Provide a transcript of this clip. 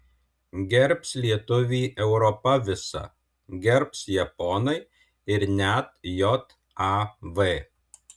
gerbs lietuvį europa visa gerbs japonai ir net jav